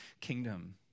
kingdom